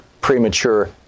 premature